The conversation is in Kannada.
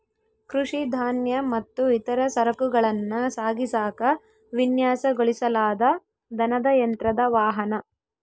ಕೃಷಿ ಧಾನ್ಯ ಮತ್ತು ಇತರ ಸರಕುಗಳನ್ನ ಸಾಗಿಸಾಕ ವಿನ್ಯಾಸಗೊಳಿಸಲಾದ ದನದ ಯಂತ್ರದ ವಾಹನ